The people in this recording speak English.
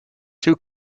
two